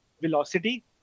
velocity